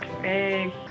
Hey